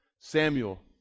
Samuel